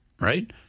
right